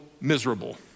miserable